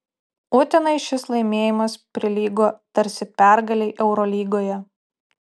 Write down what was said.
utenai šis laimėjimas prilygo tarsi pergalei eurolygoje